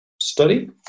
study